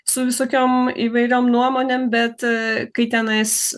su visokiom įvairiom nuomonėm bet kai tenais